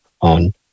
on